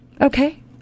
Okay